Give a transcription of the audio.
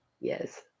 Yes